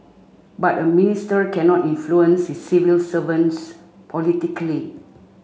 but a minister cannot influence his civil servants politically